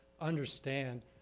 understand